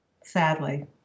Sadly